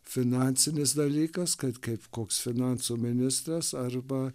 finansinis dalykas kad kaip koks finansų ministras arba